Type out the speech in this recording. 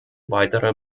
weitere